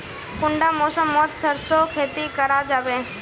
कुंडा मौसम मोत सरसों खेती करा जाबे?